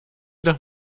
doch